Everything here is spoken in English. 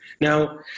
Now